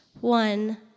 one